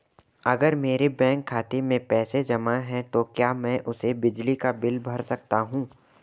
अगर मेरे बैंक खाते में पैसे जमा है तो क्या मैं उसे बिजली का बिल भर सकता हूं?